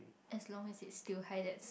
as long as it's still high that's